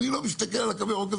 אני לא מסתכל על הקו הירוק,